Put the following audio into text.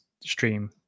stream